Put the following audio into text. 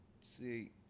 See